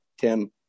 Tim